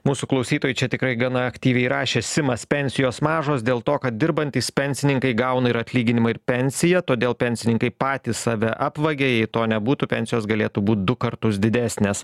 mūsų klausytojai čia tikrai gana aktyviai rašė simas pensijos mažos dėl to kad dirbantys pensininkai gauna ir atlyginimą ir pensiją todėl pensininkai patys save apvagia jei to nebūtų pensijos galėtų būt du kartus didesnės